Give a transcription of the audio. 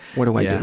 what do i yeah